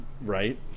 Right